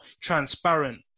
transparent